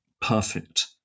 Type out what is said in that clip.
perfect